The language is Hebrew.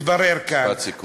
מתברר כאן, משפט סיכום.